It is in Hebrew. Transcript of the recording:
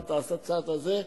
תעשה את הצעד הזה,